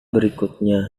berikutnya